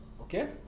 Okay